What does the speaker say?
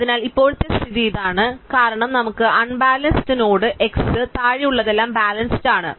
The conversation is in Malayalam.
അതിനാൽ ഇപ്പോഴത്തെ സ്ഥിതി ഇതാണ് കാരണം നമുക്ക് അൺബാലൻസ്ഡ് നോഡ് x താഴെ ഉള്ളതെല്ലാം ബാലൻസ്ഡ് ആണ്